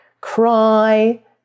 cry